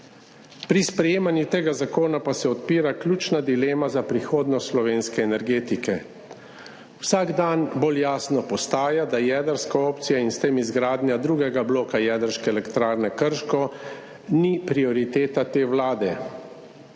Pri sprejemanju tega zakona pa se odpira ključna dilema za prihodnost slovenske energetike. Vsak dan bolj jasno postaja, da jedrska opcija in s tem izgradnja drugega bloka Jedrske elektrarne Krško ni prioriteta te vlade.